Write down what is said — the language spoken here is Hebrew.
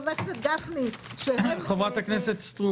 חבר הכנסת גפני -- חברת הכנסת סטרוק,